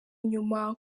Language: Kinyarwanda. inyuma